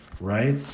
right